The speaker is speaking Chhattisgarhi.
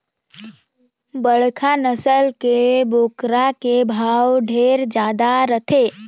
बड़खा नसल के बोकरा के भाव ढेरे जादा रथे